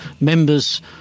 members